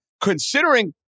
considering